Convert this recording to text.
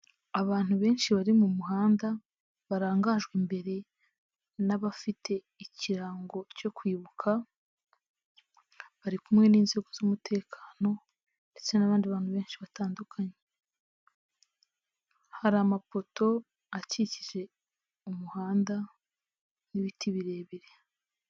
Abantu benshi bari mu muhanda barangajwe imbere n'abafite ikirango cyo kwibuka, bari kumwe n'inzego z'umutekano ndetse n'abandi bantu benshi batandukanye. Hari amapoto akikije umuhanda n'ibiti birebire.